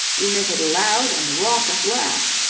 emitted loud and raucous laughs,